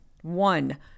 One